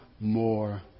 more